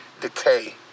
decay